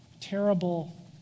terrible